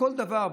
בכל דבר,